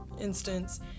instance